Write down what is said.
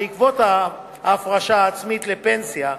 בעקבות ההפרשה העצמית לפנסיה,